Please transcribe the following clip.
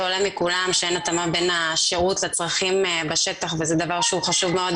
שעולה מכולם שאין התאמה בין השירות לצרכים בשטח וזה דבר שהוא חשוב מאוד